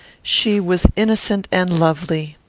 she was innocent and lovely.